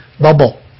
bubble